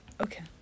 okay